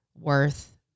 worth